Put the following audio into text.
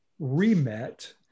remet